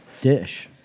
dish